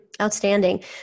Outstanding